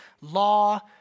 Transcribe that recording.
law